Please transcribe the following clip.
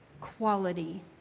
quality